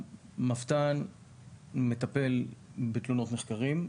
המבת"ן מטפל בתלונות נחקרים.